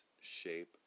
shape